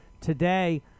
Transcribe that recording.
Today